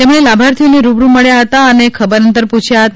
તેઓએ લાભાર્થીઓને રૂબરૂ મળ્યા હતા અને ખબરઅંતર પૂછ્યા હતા